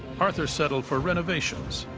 arthur settled for renovations.